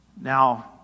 Now